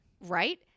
Right